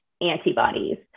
antibodies